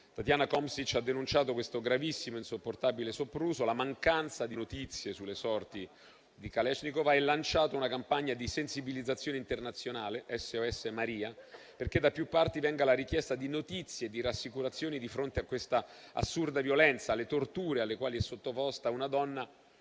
T*atiana* Khomich, ha denunciato questo gravissimo ed insopportabile sopruso, la mancanza di notizie sulle sorti di Kalesnikava, e lanciato una campagna di sensibilizzazione internazionale, SOS Maria, perché da più parti venga la richiesta di notizie e rassicurazioni di fronte a una assurda violenza, alle torture alle quali è sottoposta una donna